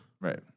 Right